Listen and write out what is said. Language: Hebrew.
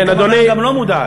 אין כוונה גם לא מודעת.